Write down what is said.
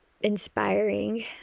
inspiring